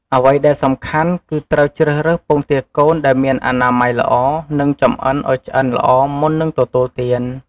អ្វីដែលសំខាន់ គឺត្រូវជ្រើសរើសពងទាកូនដែលមានអនាម័យល្អ និងចម្អិនឱ្យឆ្អិនល្អមុននឹងទទួលទាន។